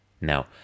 Now